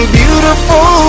beautiful